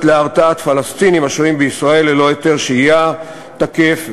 להרתעת פלסטינים השוהים בישראל ללא היתר שהייה תקף,